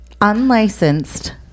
unlicensed